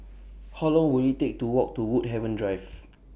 How Long Will IT Take to Walk to Woodhaven Drive